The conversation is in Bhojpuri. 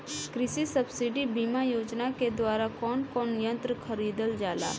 कृषि सब्सिडी बीमा योजना के द्वारा कौन कौन यंत्र खरीदल जाला?